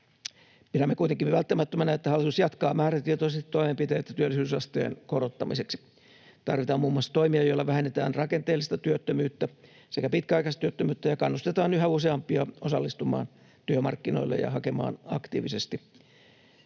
Pidämme kuitenkin välttämättömänä, että hallitus jatkaa määrätietoisesti toimenpiteitä työllisyysasteen korottamiseksi. Tarvitaan muun muassa toimia, joilla vähennetään rakenteellista työttömyyttä sekä pitkäaikaistyöttömyyttä ja kannustetaan yhä useampia osallistumaan työmarkkinoille ja hakemaan aktiivisesti